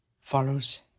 follows